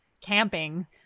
camping